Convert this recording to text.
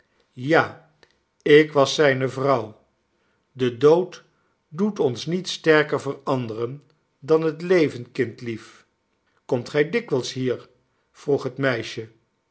ja ik was zijne vrouw de dood doet ons niet sterker veranderen dan het leven kindlief komt gij dikwijls hier vroeg het meisje